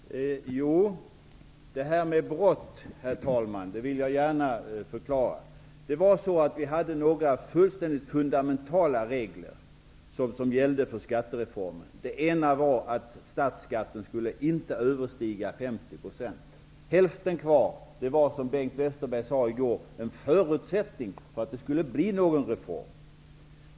Herr talman! Det här med brott vill jag gärna förklara. Vi hade några fullständigt fundamentala regler som gällde för skattereformen. Den ena var att statsskatten inte skulle överstiga 50 %. Hälften kvar, det var som Bengt Westerberg sade i går en förutsättning för att det skulle bli en reform.